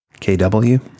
KW